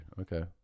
Okay